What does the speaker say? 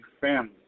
family